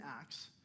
Acts